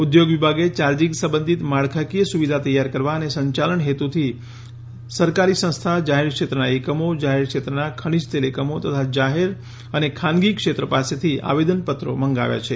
ઉદ્યોગ વિભાગે ચાર્જિંગ સંબંધિત માળખાકીય સુવિધા તૈયાર કરવા અને સંચાલન હેતુથી સરકારી સંસ્થા જાહેર ક્ષેત્રના એકમો જાહેર ક્ષેત્રના ખનીજ તેલ એકમો તથા જાહેર અને ખાનગી ક્ષેત્રો પાસેથી આવેદન પત્રો મંગાવ્યા છે